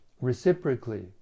Reciprocally